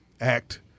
Act